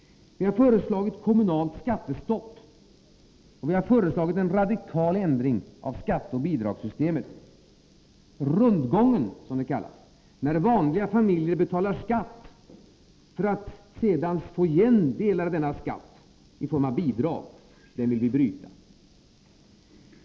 Vi har föreslagit kommunalt skattestopp, och vi har föreslagit en radikal ändring av skatteoch bidragssystemet. Rundgången, som den kallas, när vanliga familjer betalar skatt för att sedan få igen delar av denna skatt i form av bidrag, vill vi bryta.